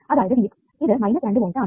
അതായത് Vx ഇത് 2 volt ആണ്